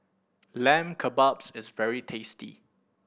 Lamb Kebabs is very tasty